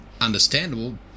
understandable